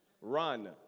Run